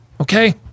Okay